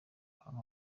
ahantu